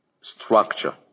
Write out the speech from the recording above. structure